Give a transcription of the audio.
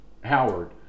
Howard